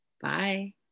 Bye